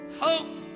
Hope